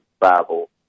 Bible